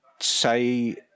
say